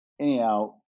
Anyhow